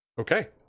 Okay